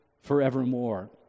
forevermore